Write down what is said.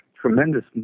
tremendous